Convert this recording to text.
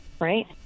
Right